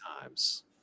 Times